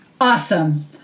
Awesome